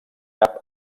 cap